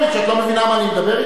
את לא מבינה מה אני מדבר אתך?